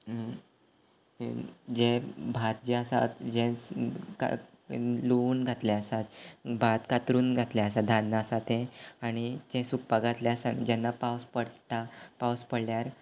जें भात जें आसा जें लुवून घातलें आसा भात कातरून घातलें आसा धान्य आसा तें आनी तें सुकपाक घातलें आसा जेन्ना पावस पडटा पावस पडल्यार